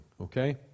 Okay